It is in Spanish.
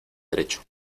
derecho